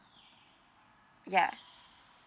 ya